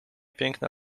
piękna